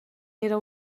era